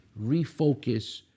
Refocus